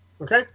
Okay